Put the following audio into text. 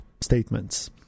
statements